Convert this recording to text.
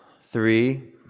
three